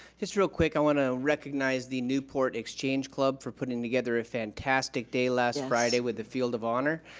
just real quick, i wanna recognize the newport exchange club for putting together a fantastic day last friday with the field of honor,